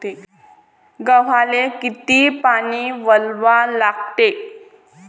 गव्हाले किती पानी वलवा लागते?